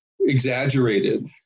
exaggerated